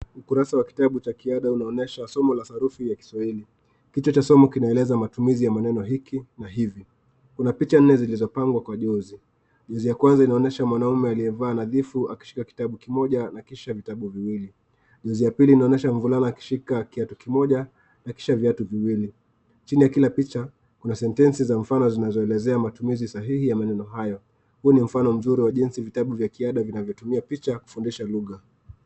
Ukurasa wa kitabu cha kiada inaonyesha somo ya sarufi ya kiswahili. Picha cha somo kinaeleza matumizi ya maneno hiki na hivi. Kuna picha nne zilizopangwa kwa jozi. Jozi ya kwanza inaonyesha mwanaume aliyevaa nadhifu akishika kitabu kimoja na akishika vitabu viwili. Jozi ya pili inaonyesha mvulana akishika kiatu kimoja na kisha viatu viwili. Katika kila picha kuna sentensi za mfano zinazoelezea matumizi sahihi ya maneno hayo. Hii ni mfano mzuri wa jinsi vitabu vya kiada vinavyotumia picha kufundisha lugha.